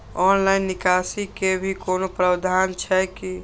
Online निकासी के भी कोनो प्रावधान छै की?